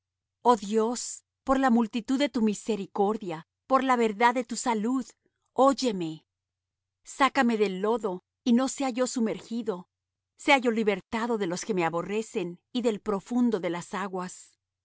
oh dios por la multitud de tu misericordia por la verdad de tu salud óyeme sácame del lodo y no sea yo sumergido sea yo libertado de los que me aborrecen y del profundo de las aguas